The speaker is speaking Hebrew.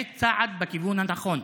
זה צעד בכיוון הנכון,